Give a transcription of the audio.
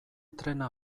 trena